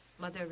Mother